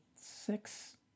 six